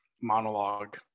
monologue